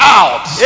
out